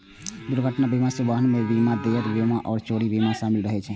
दुर्घटना बीमा मे वाहन बीमा, देयता बीमा आ चोरी बीमा शामिल रहै छै